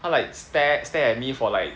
她 like stare stare at me for like